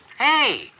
Hey